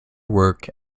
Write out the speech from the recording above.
work